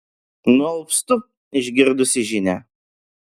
nualpstu išgirdusi žinią